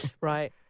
Right